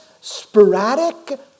sporadic